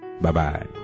Bye-bye